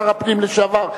שר הפנים לשעבר,